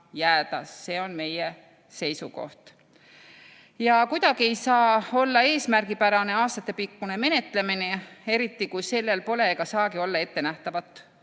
See on meie seisukoht. Kuidagi ei saa olla eesmärgipärane aastatepikkune menetlemine, eriti kui sellel pole ega saagi olla ettenähtavat